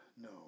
No